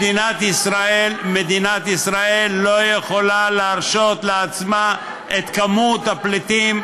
מדינת ישראל לא יכולה להרשות לעצמה את כמות הפליטים,